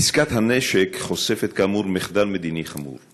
עסקת הנשק חושפת כאמור מחדל מדיני חמור.